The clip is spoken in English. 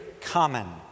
common